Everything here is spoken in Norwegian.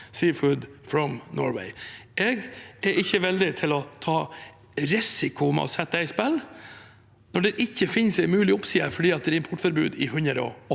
Seafood from Norway. Jeg er ikke villig til å ta risiko og sette det i spill når det ikke finnes en mulig oppside fordi det er importforbud i 180